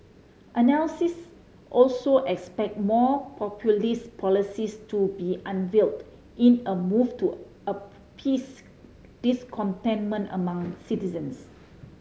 analysts also expect more populist policies to be unveiled in a move to appease discontentment among citizens